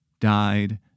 died